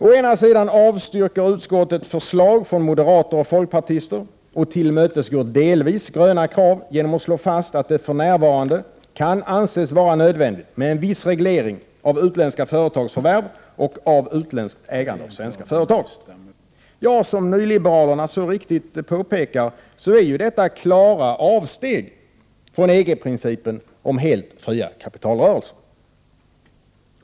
Å ena sidan avstyrker utskottet förslag från moderater och folkpartister och tillmötes går delvis gröna krav genom att slå fast att det för närvarande kan anses vara nödvändigt med en viss reglering av utländska företags förvärv och av utländskt ägande av svenska företag. Som nyliberalerna så riktigt påpekar är detta klara avsteg från EG-principen om helt fria kapitalrörelser.